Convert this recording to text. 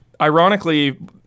Ironically